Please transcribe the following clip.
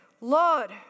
Lord